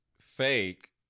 fake